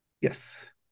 Yes